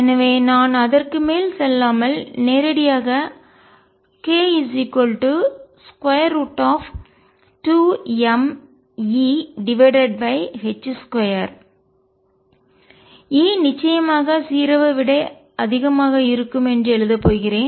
எனவே நான் அதற்கு மேல் செல்லாமல்நேரடியாக k √ 2mEh2 E நிச்சயமாக 0 ஐ விட அதிகமாக இருக்கும் என்று எழுதப் போகிறேன்